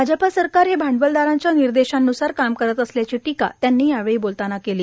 भाजपा सरकार हे भांडवलदारांच्या निर्देशान्सार काम करत असल्याची टीका त्यांनी यावेळी बोलताना केली